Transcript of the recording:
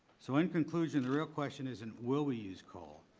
so in conclusion, the real question isn't will we use coal.